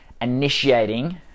initiating